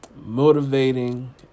motivating